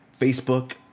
Facebook